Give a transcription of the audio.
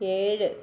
ഏഴ്